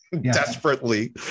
desperately